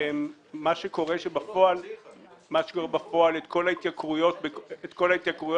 שתיים, שר הרווחה מתנגד לקיצוץ